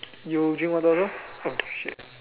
you drink water also oh shit